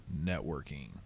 networking